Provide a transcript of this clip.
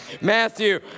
Matthew